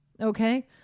Okay